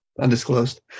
Undisclosed